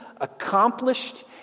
accomplished